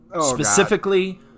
specifically